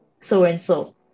so-and-so